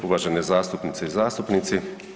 Uvažene zastupnice i zastupnici.